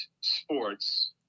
sports